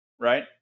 right